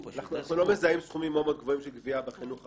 של גביה בחינוך החרדי.